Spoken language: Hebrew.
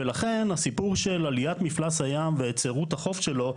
ולכן הסיפור של עליית מפלס הים והיצרות החוף שלו,